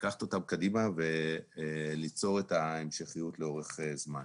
לקחת אותם קדימה וליצור את ההמשכיות לאורך זמן.